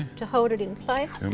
to hold it in place.